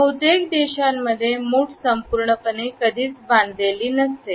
बहुतेक देशांमध्ये मुठ संपूर्णपणे कधीच बांधलेली नसते